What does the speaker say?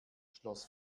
schloss